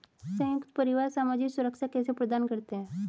संयुक्त परिवार सामाजिक सुरक्षा कैसे प्रदान करते हैं?